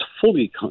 fully